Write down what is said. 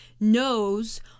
knows